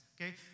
okay